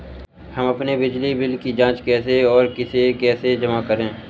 हम अपने बिजली बिल की जाँच कैसे और इसे कैसे जमा करें?